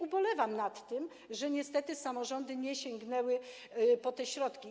Ubolewam nad tym, że niestety samorządy nie sięgnęły po te środki.